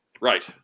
Right